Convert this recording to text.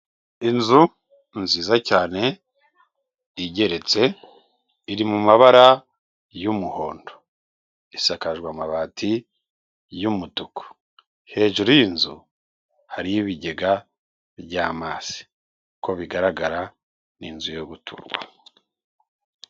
Inzu nziza cyane igeretse iri mu mabara y'umuhondo, isakajwe amabati y'umutuku, hejuru y'inzu hariyo ibigega bya amazi, uko bigaragara ni inzu yo guturwamo.